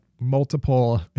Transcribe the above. multiple